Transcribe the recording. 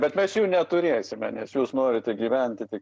bet mes jų neturėsime nes jūs norite gyventi tik